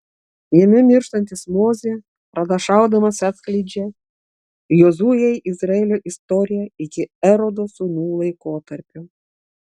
jame mirštantis mozė pranašaudamas atskleidžia jozuei izraelio istoriją iki erodo sūnų laikotarpio